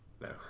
No